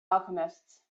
alchemists